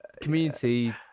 Community